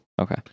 Okay